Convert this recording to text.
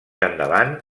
endavant